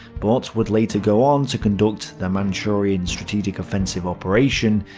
but would later go on to conduct the manchurian strategic offensive operation,